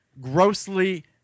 grossly